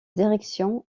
direction